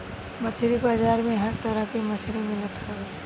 मछरी बाजार में हर तरह के मछरी मिलत हवे